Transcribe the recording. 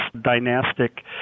dynastic